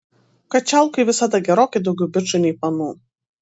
kačialkoj visada gerokai daugiau bičų nei panų